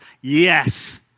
yes